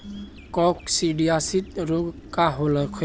काकसिडियासित रोग का होखे?